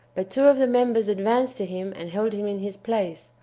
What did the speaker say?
but two of the members advanced to him and held him in his place,